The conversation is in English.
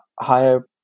higher